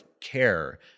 care